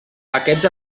aquests